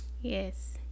Yes